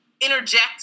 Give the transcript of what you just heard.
interject